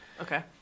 Okay